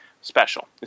special